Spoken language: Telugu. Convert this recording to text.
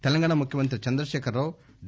తెలంగాణ ముఖ్యమంత్రి చంద్రశేఖరరావు డి